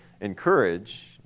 encourage